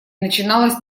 начиналось